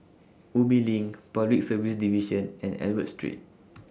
Ubi LINK Public Service Division and Albert Street